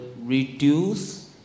reduce